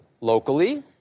locally